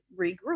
regroup